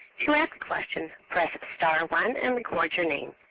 to ask questions press star one and record your name.